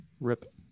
Rip